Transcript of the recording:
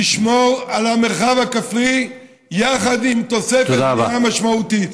לשמור על המרחב הכפרי, יחד עם תוספת משמעותית.